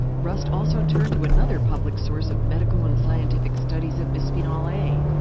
rust also turned to another public source of medical and scientific studies of bisphenol a,